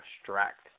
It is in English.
abstract